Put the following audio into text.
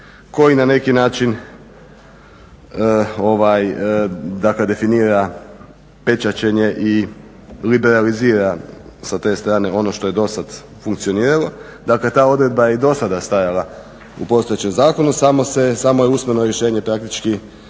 koji na neki način ovaj dakle definira pečaćenje i liberalizira sa te strane ono što je dosad funkcioniralo. Dakle, ta odredba je i do sada stajala u postojećem Zakonu samo se je, samo je usmeno rješenje praktički